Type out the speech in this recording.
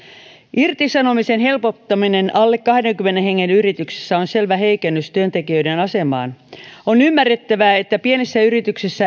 irtisanomisen helpottaminen alle kahdenkymmenen hengen yrityksissä on selvä heikennys työntekijöiden asemaan on ymmärrettävää että pienissä yrityksissä